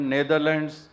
Netherlands